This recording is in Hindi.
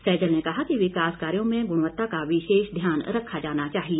सैजल ने कहा कि विकास कार्यों में गुणवत्ता का विशेष ध्यान रखा जाना चाहिए